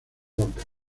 rocas